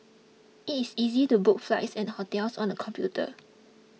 it is easy to book flights and hotels on the computer